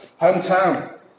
hometown